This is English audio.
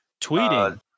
tweeting